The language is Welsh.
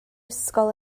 ysgol